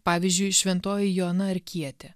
pavyzdžiui šventoji joana arkietė